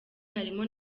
harimo